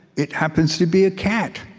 it happens to be a cat